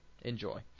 Enjoy